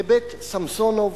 לבית-סמסונוב,